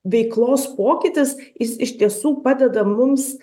veiklos pokytis jis iš tiesų padeda mums